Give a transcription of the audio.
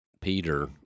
Peter